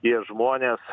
tie žmonės